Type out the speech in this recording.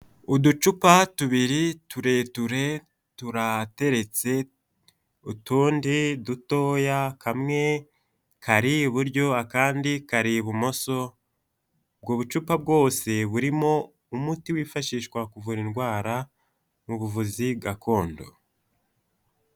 Uducupa tubiri tureture, turateretse, utundi dutoya, kamwe kari iburyo akandi kari ibumoso, ubwo bucupa bwose, burimo umuti wifashishwa kuvura indwara mu buvuzi gakondo.